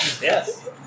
Yes